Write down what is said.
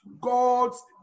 God's